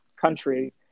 country